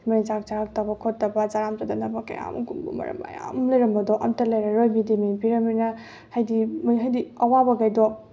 ꯃꯣꯏꯅ ꯆꯥꯛ ꯆꯥꯔꯛꯇꯕ ꯈꯣꯠꯇꯕ ꯆꯥꯔꯥꯝ ꯆꯇꯠꯅꯕ ꯀꯌꯥꯝꯃꯨꯛ ꯀꯨꯝꯕ ꯃꯔꯝ ꯃꯌꯥꯝ ꯑꯃ ꯂꯩꯔꯝꯕꯗꯣ ꯑꯝꯇ ꯂꯩꯔꯔꯣꯏ ꯃꯤꯠ ꯗꯦ ꯃꯤꯟ ꯄꯤꯔꯃꯤꯅ ꯍꯥꯏꯗꯤ ꯍꯥꯏꯗꯤ ꯑꯋꯥꯕꯈꯩꯗꯣ